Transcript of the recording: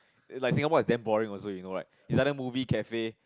and like Singapore is damn boring also you know right it's either movie cafe